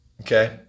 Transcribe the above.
Okay